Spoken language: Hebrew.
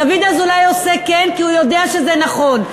דוד אזולאי עושה כן כי הוא יודע שזה נכון.